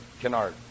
Kennard